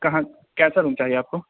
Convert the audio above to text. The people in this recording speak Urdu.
کہاں کیسا روم چاہیے آپ کو